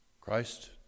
Christ